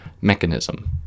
mechanism